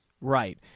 Right